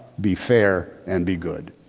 be fair and be good.